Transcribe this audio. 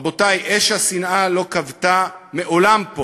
רבותי, אש השנאה לא כבתה פה מעולם,